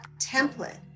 template